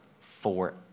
forever